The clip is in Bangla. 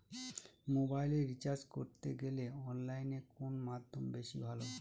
মোবাইলের রিচার্জ করতে গেলে অনলাইনে কোন মাধ্যম বেশি ভালো?